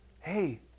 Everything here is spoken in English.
Hey